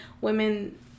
women